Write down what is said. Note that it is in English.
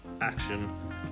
action